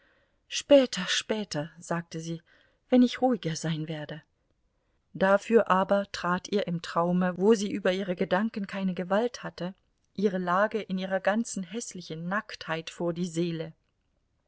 später später sagte sie wenn ich ruhiger sein werde dafür aber trat ihr im traume wo sie über ihre gedanken keine gewalt hatte ihre lage in ihrer ganzen häßlichen nacktheit vor die seele